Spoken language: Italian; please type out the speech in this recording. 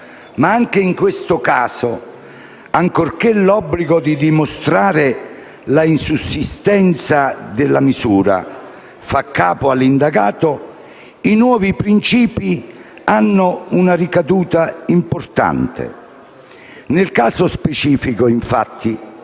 Anche in questo caso però, ancorché l'obbligo di dimostrare la insussistenza della misura faccia capo all'indagato, i nuovi principi hanno una ricaduta importante. Nel caso specifico, infatti,